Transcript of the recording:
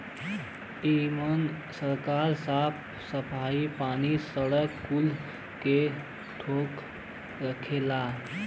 एमन सरकार साफ सफाई, पानी, सड़क कुल के ठेका रखेला